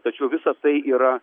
tačiau visa tai yra